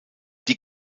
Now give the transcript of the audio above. die